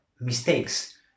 mistakes